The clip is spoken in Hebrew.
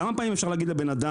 כמה פעמים אפשר להגיד לבנאדם,